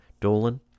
dolan